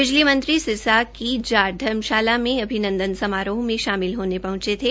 बिजली मंत्री सिरसा का जाट धर्मशाला में अभिनंदन समारोह में शमिल होने पहंचे थे